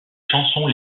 chansons